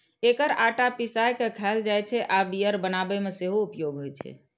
एकर आटा पिसाय के खायल जाइ छै आ बियर बनाबै मे सेहो उपयोग होइ छै